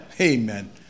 Amen